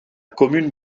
commune